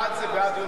בעד,